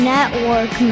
Network